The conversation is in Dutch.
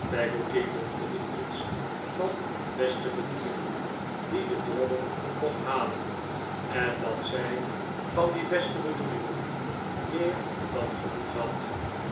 mompelde iets van beste bedoelingen die de drommel mocht halen en dat zij van die beste bedoelingen meer dan genoeg had